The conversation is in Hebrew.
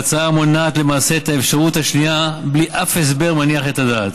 ההצעה מונעת למעשה את האפשרות השנייה בלי אף הסבר מניח את הדעת.